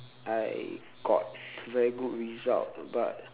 I got very good result but